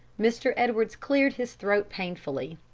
mr. edwards cleared his throat painfully.